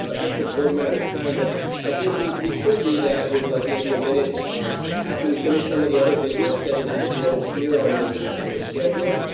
ah actual board matters time, but i think we we should do that with like maybe a minute after we finish some of the other business that is that is here on the on the schedule.